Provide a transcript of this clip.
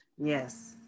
Yes